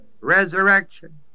Resurrection